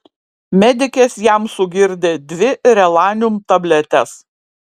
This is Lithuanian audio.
medikės jam sugirdė dvi relanium tabletes